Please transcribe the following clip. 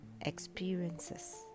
experiences